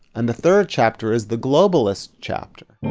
and the third chapter is the globalist chapter.